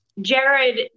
jared